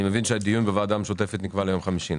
אני מבין שהדיון בוועדה המשותפת נקבע ליום חמישי,